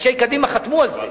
אנשי קדימה חתמו על זה.